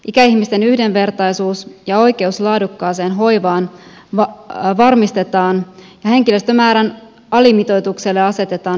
ikäihmisten yhdenvertaisuus ja oikeus laadukkaaseen hoivaan varmistetaan ja henkilöstömäärän alimitoitukselle asetetaan nollatoleranssi